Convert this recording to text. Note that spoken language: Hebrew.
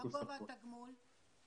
מה גובה התגמול?